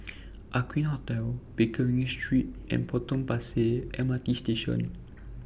Aqueen Hotel Pickering Street and Potong Pasir M R T Station